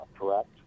correct